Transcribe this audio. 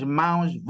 mãos